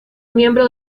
miembro